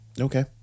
okay